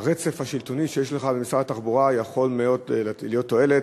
הרצף השלטוני שיש לך במשרד התחבורה יכול מאוד להיות לתועלת,